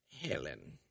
Helen